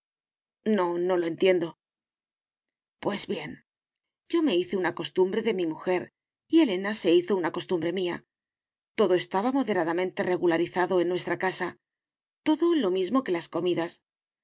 no no lo entiendo pues bien yo me hice una costumbre de mi mujer y elena se hizo una costumbre mía todo estaba moderadamente regularizado en nuestra casa todo lo mismo que las comidas